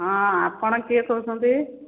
ହଁ ଆପଣ କିଏ କହୁଛନ୍ତି